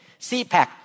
CPAC